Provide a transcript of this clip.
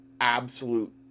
absolute